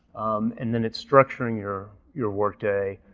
um and then it's structuring your your workday